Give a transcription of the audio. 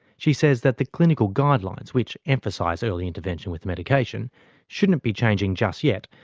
she says that the clinical guidelines which emphasise early intervention with medication shouldn't be changing just yet,